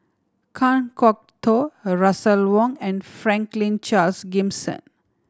Kan Kwok Toh Russel Wong and Franklin Charles Gimson